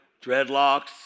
Dreadlocks